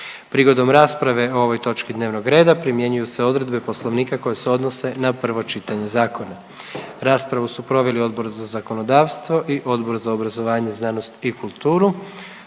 Prigodom rasprave o ovoj točki dnevnog reda primjenjuju se odredbe poslovnika koje se odnose na prvo čitanje zakona. Raspravu su proveli Odbor za zakonodavstvo i Odbor za obrazovanje, znanost i kulturu.